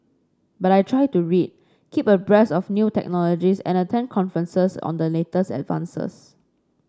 but I try to read keep abreast of new technologies and attend conferences on the latest advances